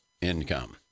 income